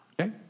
Okay